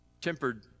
tempered